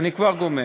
אני כבר גומר.